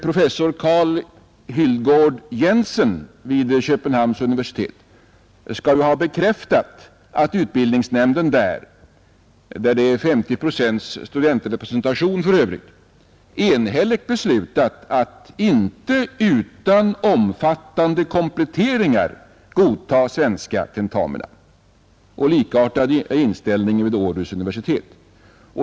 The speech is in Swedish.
Professor Karl Hyldgaard-Jensen vid Köpenhamns universitet lär ha bekräftat att utbildningsnämnden där — som för övrigt har 50 procent studentrepresentation — enhälligt beslutat att inte utan omfattande kompletteringar godta svenska tentamina. Likartad är inställningen vid Århus universitet.